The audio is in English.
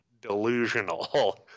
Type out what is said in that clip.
delusional